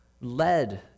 led